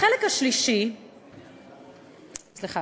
החלק השלישי סליחה,